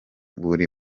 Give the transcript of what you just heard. buri